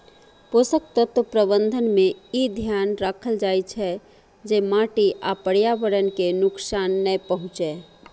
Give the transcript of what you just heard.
पोषक तत्व प्रबंधन मे ई ध्यान राखल जाइ छै, जे माटि आ पर्यावरण कें नुकसान नै पहुंचै